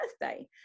birthday